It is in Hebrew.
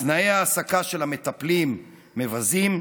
תנאי ההעסקה של המטפלים מבזים,